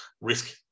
risk